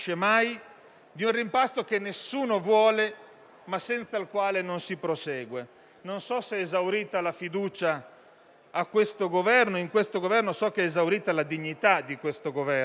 di un rimpasto che nessuno vuole, ma senza il quale non si prosegue. Non so se è esaurita la fiducia in questo Governo; so che è esaurita la dignità di questo Governo.